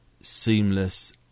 seamless